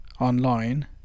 online